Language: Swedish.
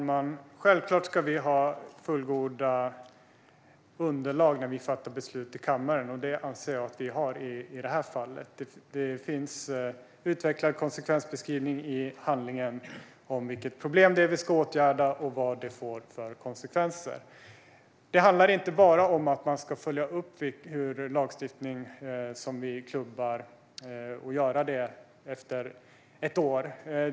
Fru talman! Vi ska givetvis ha fullgoda underlag när vi fattar beslut i kammaren. Det anser jag att vi har i detta fall. Det finns i handlingen en utvecklad konsekvensbeskrivning av vilket problem det är vi ska åtgärda och vad det får för konsekvenser. Justering av den utvidgade fåmans-företagsdefinitionen Det handlar inte bara om att man efter ett år ska följa upp den lagstiftning vi har klubbat.